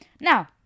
Now